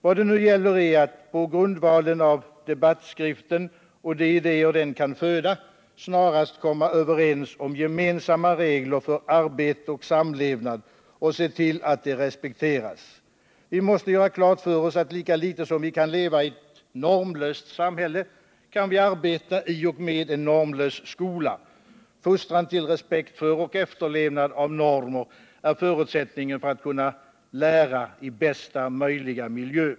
Vad det nu gäller är att på grundval av debattskriften och de idéer den kan föda snarast komma överens om gemensamma regler för arbete och samlevnad och se till att de respekteras. Vi måste göra klart för oss att lika litet som vi kan leva i ett normlöst samhälle kan vi arbeta i och med en normlös skola. Fostran till respekt för och efterlevnad av normer är förutsättningen för att kunna lära i bästa möjliga miljö.